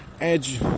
Edge